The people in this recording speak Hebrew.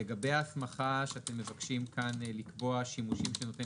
לגבי ההסמכה שאתם מבקשים לקבוע שנותן